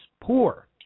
poor